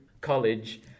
College